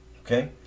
okay